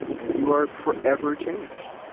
and you are forever changed